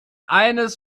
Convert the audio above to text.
eines